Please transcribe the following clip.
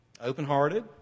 open-hearted